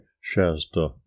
Shasta